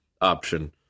option